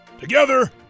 Together